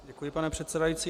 Děkuji, pane předsedající.